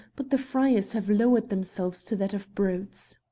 but the friars have lowered themselves to that of brutes.